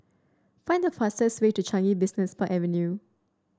find the fastest way to Changi Business Park Avenue